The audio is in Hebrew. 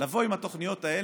לבוא עם התוכניות האלה.